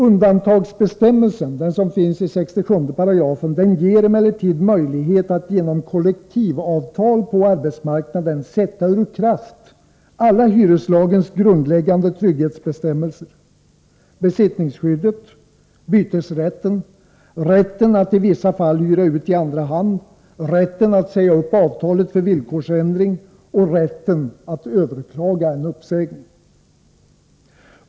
Undantagsbestämmelsen som finns i 67 § ger emellertid möjlighet att genom kollektivavtal på arbetsmarknaden sätta ur kraft alla hyreslagens grundläggande trygghetsbestämmelser: besittningsskyddet, bytesrätten, rätten att i vissa fall hyra ut i andra hand, rätten att säga upp avtalet för villkorsändring och rätten att överklaga en uppsägning.